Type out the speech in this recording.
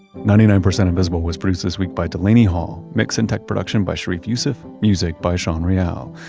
ninety nine percent invisible was produced this week by delaney hall, mix and tech production by sharif youssef, music by sean real.